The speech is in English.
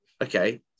okay